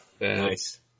Nice